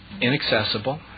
inaccessible